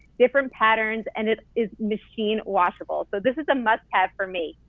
different patterns and it is machine washable. so this is a must have for me,